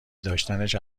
داشتنش